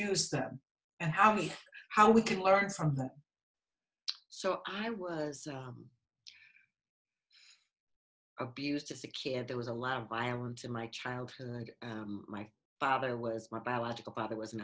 use them and how do you how we can learn from them so i was abused as a kid there was a lot of violence in my childhood and my father was my biological father was an